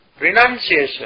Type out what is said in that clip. renunciation